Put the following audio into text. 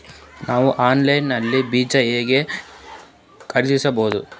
ನಾವು ಆನ್ಲೈನ್ ನಲ್ಲಿ ಬೀಜ ಹೆಂಗ ಖರೀದಿಸಬೋದ?